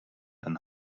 and